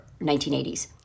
1980s